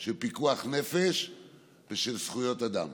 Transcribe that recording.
של פיקוח נפש ושל זכויות אדם,